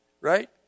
Right